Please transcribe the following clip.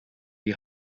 die